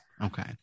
Okay